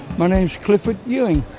my name's clifford ewing.